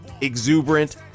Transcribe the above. exuberant